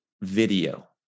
video